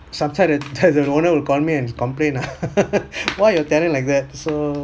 sometimes that that the owner will call me and complaint ah why your tenant like that so